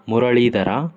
Muralidhar